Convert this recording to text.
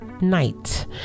night